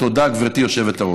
תודה, גברתי היושבת-ראש.